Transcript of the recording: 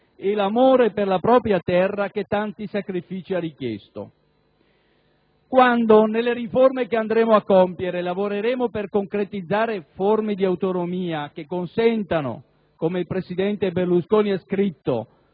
e l'amore per la propria terra che tanti sacrifici ha richiesto. Quando, nelle riforme che andremo a compiere, lavoreremo per concretizzare forme di autonomia che consentano - come il presidente Berlusconi ha scritto